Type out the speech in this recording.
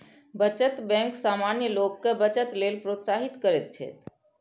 बचत बैंक सामान्य लोग कें बचत लेल प्रोत्साहित करैत छैक